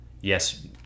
yes